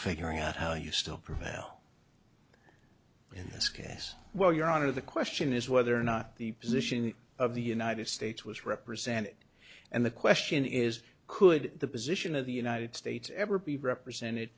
figuring out how you still prevail in this case well your honor the question is whether or not the position of the united states was represented and the question is could the position of the united states ever be represented